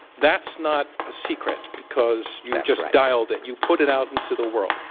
that's not a secret because you just dialed it. you put it out into the world.